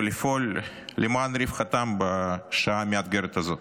ולפעול למען רווחתם בשעה המאתגרת הזאת.